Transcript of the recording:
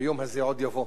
והיום הזה עוד יבוא,